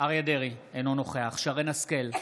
אריה מכלוף דרעי, אינו נוכח שרן מרים השכל,